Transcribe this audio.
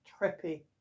Trippy